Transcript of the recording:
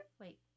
wait